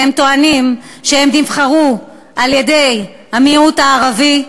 והם טוענים שהם נבחרו על-ידי המיעוט הערבי,